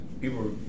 People